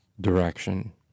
direction